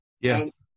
Yes